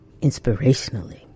inspirationally